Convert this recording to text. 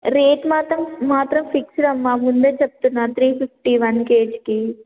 rate మాత్రం మాత్రం fixed అమ్మా ముందే చెప్తున్నా త్రీ ఫిఫ్టీ వన్ కేజీకి